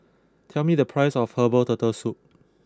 Tell me the price of Herbal Turtle Soup